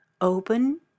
open